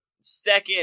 second